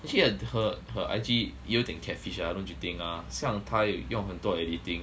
actually uh her I_G 有点 catfish ah don't you think ah 像她有用很多 editing